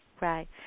Right